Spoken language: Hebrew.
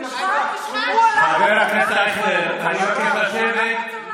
חבר הכנסת אייכלר, אני מבקש לשבת.